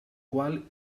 qual